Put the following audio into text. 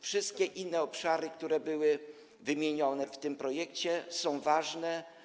Wszystkie inne obszary, które zostały wymienione w tym projekcie, są ważne.